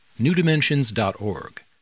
newdimensions.org